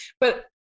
But-